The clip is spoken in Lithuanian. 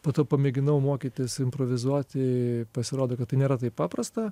po to pamėginau mokytis improvizuoti pasirodo kad tai nėra taip paprasta